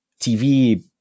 TV